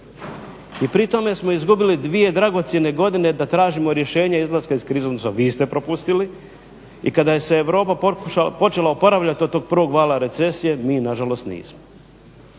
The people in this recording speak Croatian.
I pri tome smo izgubili dvije dragocjene godine da tražimo rješenje izlaska iz krize, odnosno vi ste propustili. I kada se Europa počela oporavljati od tog prvog vala recesije mi na žalost nismo.